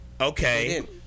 Okay